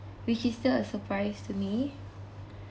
which is still a surprise to me